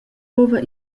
fuva